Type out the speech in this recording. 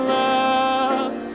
love